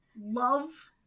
love